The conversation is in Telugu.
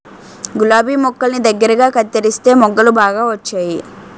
గులాబి మొక్కల్ని దగ్గరగా కత్తెరిస్తే మొగ్గలు బాగా వచ్చేయి